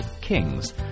Kings